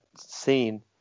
scene